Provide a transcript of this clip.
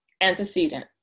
antecedent